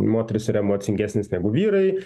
moterys yra emocingesnės negu vyrai